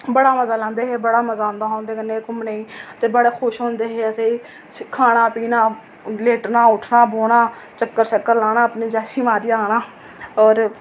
बड़ा मज़ा लैंदे हे बड़ा मज़ा आंदा हा घुम्मनै गी ते बड़ा खुश होंदे हे ते खाना पीना लेटना उट्ठना बौह्ना चक्कर लाना अपने जैशी मारियै आना होर